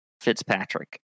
Fitzpatrick